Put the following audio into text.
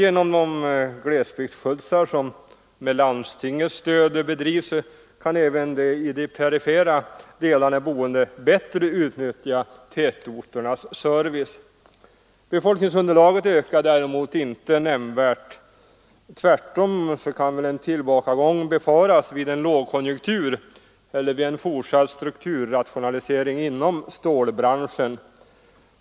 Genom de glesbygdsskjutsar som med landstingets stöd anordnas kan även de i de perifera delarna boende utnyttja tätorternas service. Befolkningsunderlaget ökar däremot inte nämnvärt. Tvärtom kan en tillbakagång befaras vid en lågkonjunktur eller vid en fortsatt strukturrationalisering inom stålbranschen.